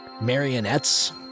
marionettes